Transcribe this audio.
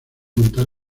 montar